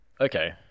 okay